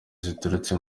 zaturutse